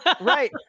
Right